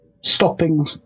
stopping